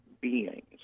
beings